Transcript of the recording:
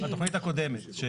התכנית הקודמת.